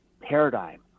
paradigm